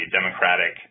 Democratic